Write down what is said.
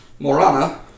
Morana